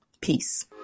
Peace